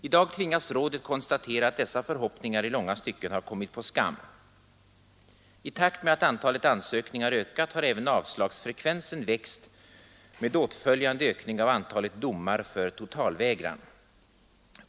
I dag tvingas Rådet konstatera att dessa förhoppningar i långa stycken har kommit på skam. I takt med att antalet ansökningar ökat, har även avslagsfrekvensen växt med åtföljande ökning av antalet domar för totalvägran.